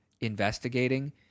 investigating